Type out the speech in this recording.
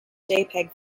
jpeg